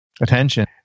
attention